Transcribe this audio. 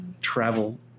travel